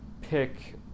pick